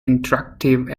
interactive